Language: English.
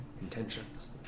intentions